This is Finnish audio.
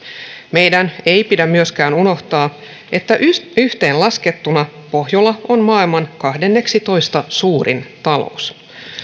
meidän ei pidä myöskään unohtaa että yhteenlaskettuna pohjola on maailman kahdenneksitoista suurin talous